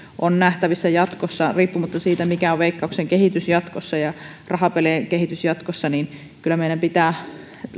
on nähtävissä riippumatta siitä mikä on veikkauksen ja rahapelien kehitys jatkossa että kyllä meidän pitää